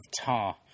tar